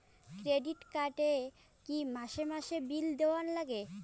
Credit card এ কি মাসে মাসে বিল দেওয়ার লাগে?